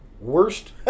worst